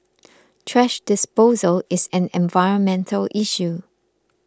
thrash disposal is an environmental issue